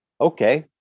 okay